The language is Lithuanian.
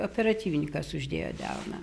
operatyvininkas uždėjo delną